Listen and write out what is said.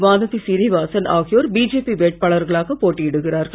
வானதி சீனிவாசன் ஆகியோர் பிஜேபி வேட்பாளர்களாக போட்டியிடுகிறார்கள்